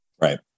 Right